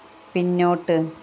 പിന്നോട്ട്